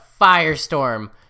firestorm